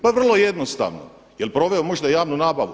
Pa vrlo jednostavno, jel proveo možda javnu nabavu?